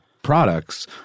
Products